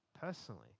personally